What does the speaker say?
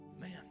man